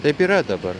taip yra dabar